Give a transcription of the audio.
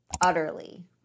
utterly